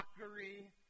mockery